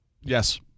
Yes